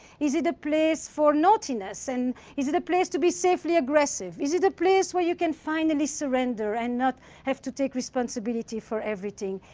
is it a place for naughtiness and is it a place to be safely aggressive? is it a place where you can finally surrender and not have to take responsibility for everything?